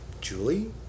Julie